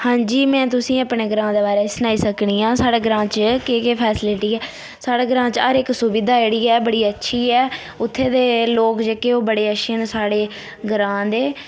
हां जी मैं तुसेंगी अपने ग्रांऽ दे बारै च सनाई सकनी आं साढे़ ग्रांऽ च केह् केह् फेस्लिटी ऐ साढे़ ग्रांऽ च हर इक सुविधा जेह्ड़ी ऐ बड़ी अच्छी ऐ उत्थें दे लोक जेह्के न ओह् बड़े अच्छे न साढ़े ग्रांऽ दे